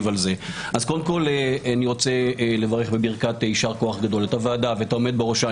קודם כל אני רוצה לברך בברכת יישר כוח גדול את הוועדה ואת העומד בראשה.